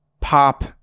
pop